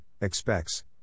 expects